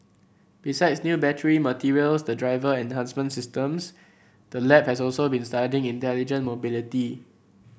besides new battery materials and driver enhancement systems the lab has also been studying intelligent mobility